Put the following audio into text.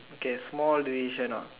okay small decision ah